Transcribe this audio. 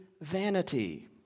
vanity